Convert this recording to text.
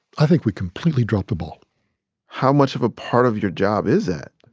i think we completely dropped the ball how much of a part of your job is that?